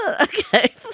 Okay